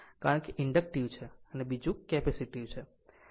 કારણ કે એક ઇન્ડકટીવ છે બીજું કેપેસિટીવ છે